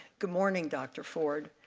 good morning dr ford.